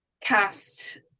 cast